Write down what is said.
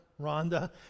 Rhonda